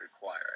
require